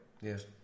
Yes